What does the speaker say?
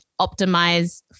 optimize